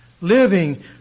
Living